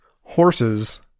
horses